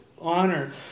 honor